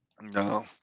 No